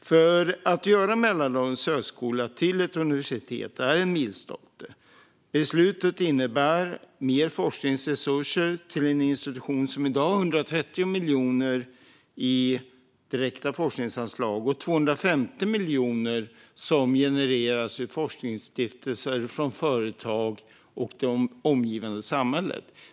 Att göra Mälardalens högskola till universitet är en milstolpe. Beslutet innebär mer forskningsresurser till en institution som i dag har 130 miljoner i direkta forskningsanslag och 250 miljoner som genereras från forskningsstiftelser, företag och det omgivande samhället.